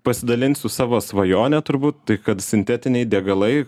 pasidalinsiu savo svajone turbūt tai kad sintetiniai degalai